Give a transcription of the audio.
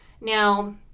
Now